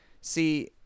See